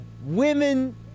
Women